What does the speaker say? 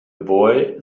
boy